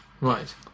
Right